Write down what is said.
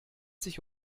sich